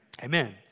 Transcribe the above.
Amen